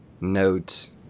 notes